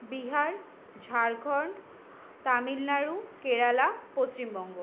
Bihar Jharkhand Tamil Nadu Kerala Paschimbanga